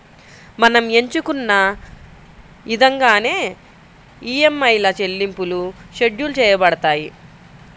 మనం ఎంచుకున్న ఇదంగానే ఈఎంఐల చెల్లింపులు షెడ్యూల్ చేయబడతాయి